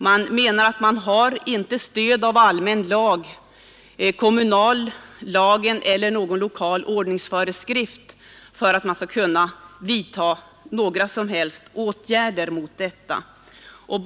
Man menar att man saknar stöd av allmän lag, kommunallag och lokala ordningsföreskrifter för att kunna vidta några som helst åtgärder mot denna trafikfara.